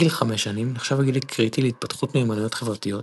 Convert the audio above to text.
גיל 5 שנים נחשב לגיל קריטי להתפתחות מיומנויות חברתיות